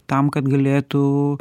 tam kad galėtų